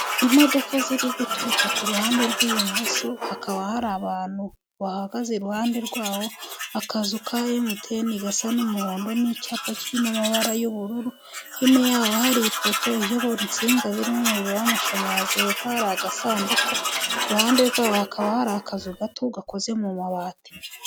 Imodoka ziri guturuka ku ruhande rw'ibumoso, hakaba hari abantu bahagaze iruhande rwaho, akazu ka ye MTN gasa n'umuhondo n'icyapa kirimo amabara y'ubururu, hino yaho hari ipoto iyobora insinga zirimo umuriro w'amashanyarazi, hepfo hari agasanduku, iruhande rwaho hakaba hari akazu gato gakoze mu mabati.